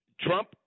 Trump